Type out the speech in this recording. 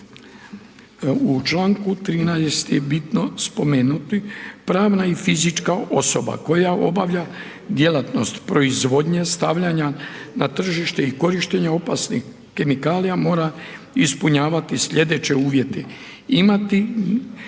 U članku 13. je bitno spomenuti pravna i fizička osoba koja obavlja djelatnost proizvodnje, stavljanja na tržište i korištenje opasnih kemikalija mora ispunjavati sljedeće uvjete: